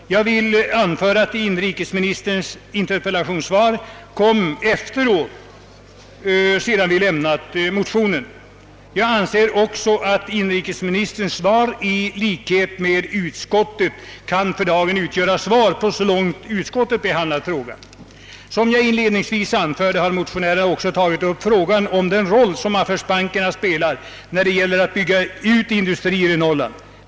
Jag vill påpeka att inrikesministerns interpellationssvar kom efter det att motionen väckts. Jag anser också att inrikesministerns svar liksom utskottsutlåtandet för dagen kan utgöra svar på frågan så långt utskottet behandlat den. Som jag inledningsvis anförde har motionärerna också tagit upp frågan om den roll affärsbankerna spelar när det gäller att bygga upp industrier i Norrland.